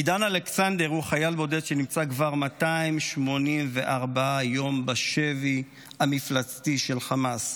עידן אלכסנדר הוא חייל בודד שנמצא כבר 284 יום בשבי המפלצתי של חמאס.